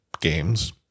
games